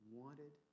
wanted